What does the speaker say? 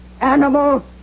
Animal